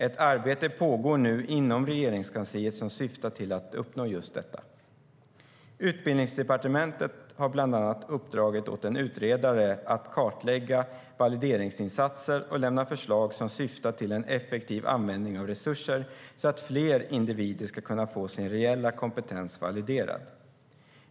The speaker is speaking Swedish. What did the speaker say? Ett arbete pågår nu inom Regeringskansliet som syftar till att uppnå det. Utbildningsdepartementet har bland annat uppdragit åt en utredare att kartlägga valideringsinsatser och lämna förslag som syftar till en effektiv användning av resurser så att fler individer ska kunna få sin reella kompetens validerad.